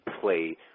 play